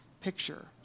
picture